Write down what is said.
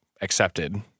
accepted